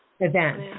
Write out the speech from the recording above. event